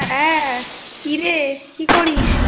হ্যাঁ কীরে কী করিস